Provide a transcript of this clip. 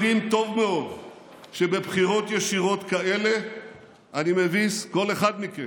כי אתם יודעים טוב מאוד שבבחירות ישירות כאלה אני מביס כל אחד מכם.